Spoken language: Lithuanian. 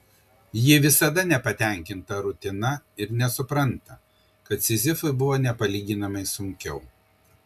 ji visada nepatenkinta rutina ir nesupranta kad sizifui buvo nepalyginamai sunkiau